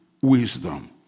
wisdom